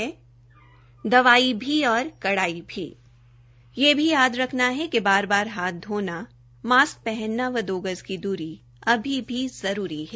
दवाई भी और कड़ाई भी यह भी याद रखना है कि बार बार हाथ धोना मास्क पहनना व दो गज की दूरी अभी भी जरूरी है